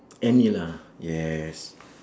any lah yes